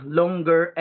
longer